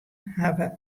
hawwe